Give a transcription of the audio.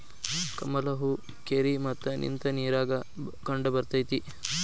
ಕಮಲ ಹೂ ಕೆರಿ ಮತ್ತ ನಿಂತ ನೇರಾಗ ಕಂಡಬರ್ತೈತಿ